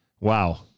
wow